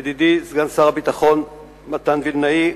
ידידי סגן שר הביטחון מתן וילנאי,